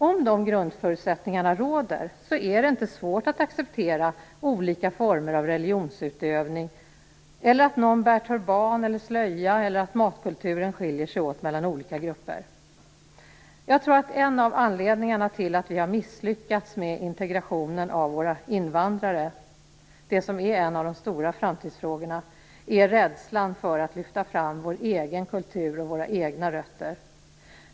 Om de grundförutsättningarna råder är det inte svårt att acceptera olika former av religionsutövning, att någon bär turban eller slöja eller att matkulturen skiljer sig åt mellan olika grupper. Jag tror att en av anledningarna till att vi har misslyckats med integrationen av våra invandrare - det som är en av de stora framtidsfrågorna - är rädslan för att lyfta fram vår egen kultur och våra egna rötter.